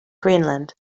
greenland